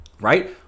Right